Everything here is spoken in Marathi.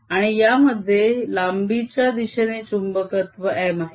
आणि यामध्ये लांबीच्या दिशेने चुंबकत्व M आहे